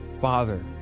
father